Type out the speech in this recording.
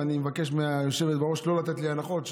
ואני מבקש מהיושבת-ראש לא לתת לי הנחות,